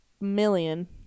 million